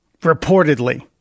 reportedly